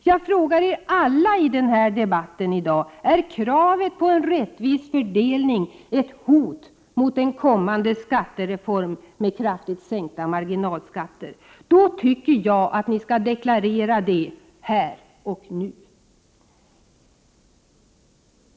Jag frågar er alla i den här debatten i dag: Är kravet på en rättvis fördelning ett hot mot en kommande skattereform med kraftigt sänkta marginalskatter? Då tycker jag att ni skall deklarera det här och nu.